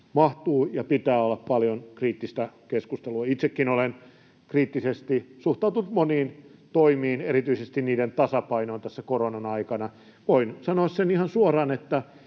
mahtuu, ja pitää olla, paljon kriittistä keskustelua. Itsekin olen kriittisesti suhtautunut moniin toimiin, erityisesti niiden tasapainoon, tässä koronan aikana. Voin sanoa sen ihan suoraan, että